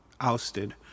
ousted